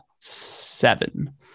seven